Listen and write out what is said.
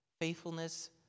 Faithfulness